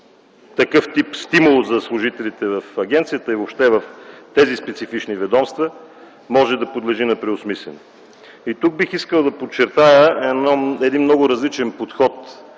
такъв тип стимул за служителите в агенцията и въобще в тези специфични ведомства може да подлежи на преосмисляне. Тук бих искал да подчертая един много различен подход